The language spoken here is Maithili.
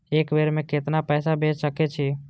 एक बेर में केतना पैसा भेज सके छी?